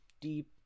Deep